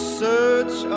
search